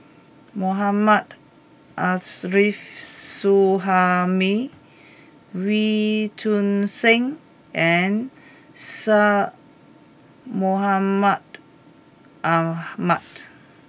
Mohammad Arif Suhaimi Wee Choon Seng and Syed Mohamed Ahmed